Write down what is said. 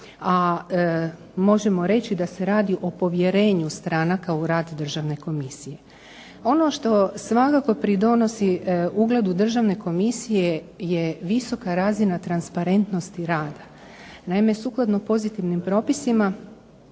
a možemo reći da se radi o povjerenju stranaka u rad državne komisije. Ono što svakako pridonosi ugledu Državne komisije je visoka razina transparentnosti rada. Naime, sukladno pozitivnim propisima